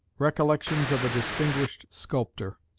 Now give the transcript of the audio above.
recollections of a distinguished sculptor